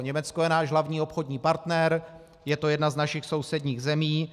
Německo je náš hlavní obchodní partner, je to jedna z našich sousedních zemí.